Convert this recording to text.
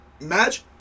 Match